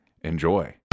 enjoy